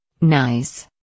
Nice